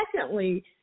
secondly